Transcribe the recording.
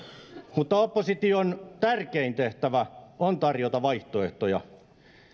mutta opposition tärkein tehtävä on tarjota vaihtoehtoja